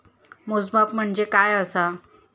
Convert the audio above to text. मोजमाप म्हणजे काय असा?